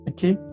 Okay